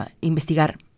investigar